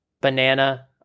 banana